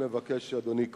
אדוני,